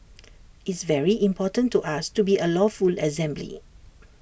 it's very important to us to be A lawful assembly